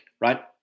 right